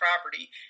property